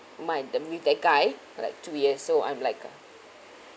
mine the with that guy like two years so I'm like uh